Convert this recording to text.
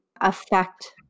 affect